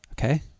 Okay